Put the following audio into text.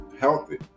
healthy